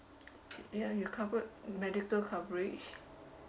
ya you covered medical coverage